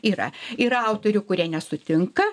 yra yra autorių kurie nesutinka